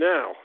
Now